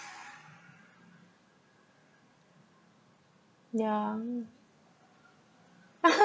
yeah